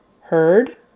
Heard